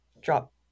drop